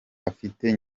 afite